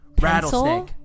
rattlesnake